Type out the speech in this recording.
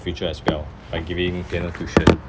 future as well like giving piano tuition